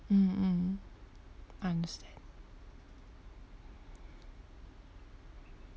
mm mm I understand